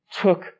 took